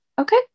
Okay